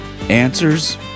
answers